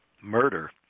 murder